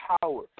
power